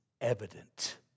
evident